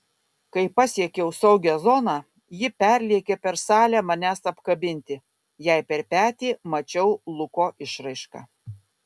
kai pasiekiau saugią zoną ji perlėkė per salę manęs apkabinti jai per petį mačiau luko išraišką